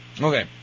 Okay